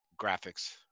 graphics